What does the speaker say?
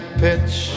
pitch